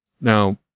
Now